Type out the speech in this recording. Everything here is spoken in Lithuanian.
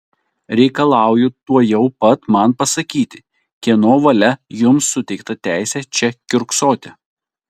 reikalauju tuojau pat man pasakyti kieno valia jums suteikta teisė čia kiurksoti